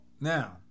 now